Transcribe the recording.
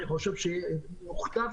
הוא צריך